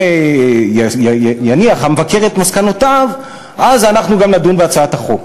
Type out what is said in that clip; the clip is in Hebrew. וכשיניח המבקר את מסקנותיו אנחנו נדון בהצעת החוק.